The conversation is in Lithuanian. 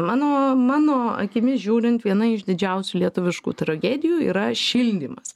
mano mano akimis žiūrint viena iš didžiausių lietuviškų tragedijų yra šildymas